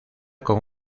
con